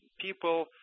people